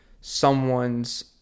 someone's